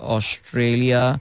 Australia